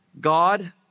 God